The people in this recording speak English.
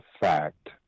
fact